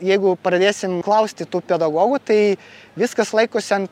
jeigu pradėsim klausti tų pedagogų tai viskas laikosi ant